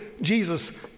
Jesus